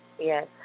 Yes